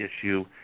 issue